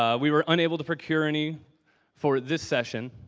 ah we were unable to procure any for this session.